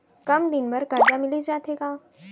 कम दिन बर करजा मिलिस जाथे का?